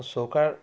চৌকাৰ